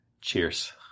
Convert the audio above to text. Cheers